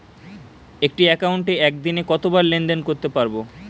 একটি একাউন্টে একদিনে কতবার লেনদেন করতে পারব?